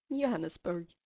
Johannesburg